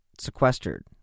sequestered